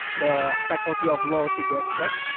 the faculty of law, to be exact.